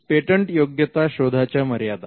पेटंटयोग्यता शोधाच्या मर्यादा